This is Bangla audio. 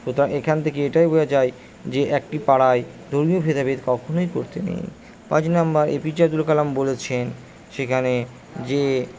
সুতরাং এখান থেকে এটাও বোঝা যায় যে একটি পাড়ায় ধর্মীয় ভেদাভেদ কখনোই করতে নেই পাঁচ নাম্বার এপিজে আবদুল কালাম বলেছেন সেখানে যে